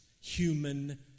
human